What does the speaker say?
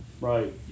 right